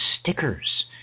stickers